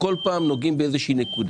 כל פעם נותנים נקודה.